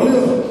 יכול להיות,